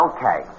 Okay